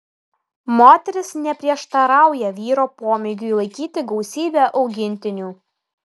moteris neprieštarauja vyro pomėgiui laikyti gausybę augintinių